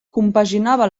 compaginava